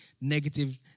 negative